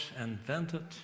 invented